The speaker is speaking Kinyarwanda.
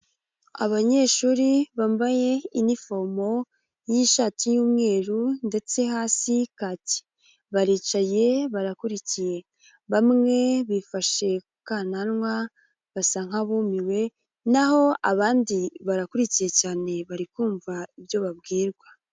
Abanyeshuri bambaye inifomo y'ishati y'umweru ndetse hasi kaki, baricaye barakurikiye. Bamwe bifashe kukananwa basa nkabumiwe, naho abandi barakurikiye cyane bari kumva ibyo babwirwa.